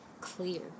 clear